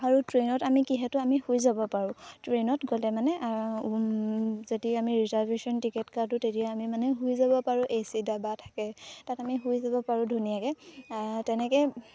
আৰু ট্ৰেইনত আমি কিহেতু আমি শুই যাব পাৰোঁ ট্ৰেইনত গ'লে মানে যদি আমি ৰিজাৰ্ভেশ্যন টিকেট কাটো তেতিয়া আমি মানে শুই যাব পাৰোঁ এ চি ডাবা থাকে তাত আমি শুই যাব পাৰোঁ ধুনীয়াকৈ তেনেকৈ